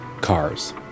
cars